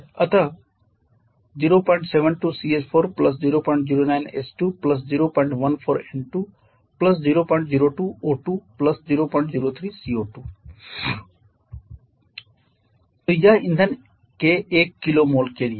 अत 072 CH4 009 H2 014 N2 002 O2 003 CO2 तो यह ईंधन के 1 kmol के लिए है